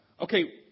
okay